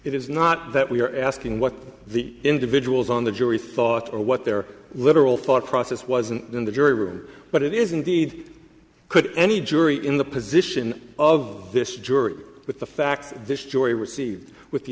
it is not that we are asking what the individuals on the jury thought or what their literal thought process wasn't in the jury room but it is indeed could any jury in the position of this juror with the facts this jury receive with the